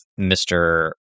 Mr